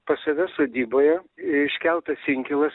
pas save sodyboje iškeltas inkilas